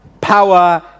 power